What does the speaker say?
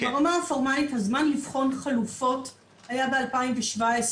ברמה הפורמלית הזמן לבחון חלופות היה ב-2017,